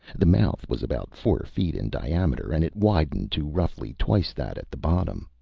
the mouth was about four feet in diameter and it widened to roughly twice that at the bottom.